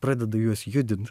pradeda juos judint